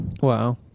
wow